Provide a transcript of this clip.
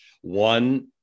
One